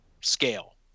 scale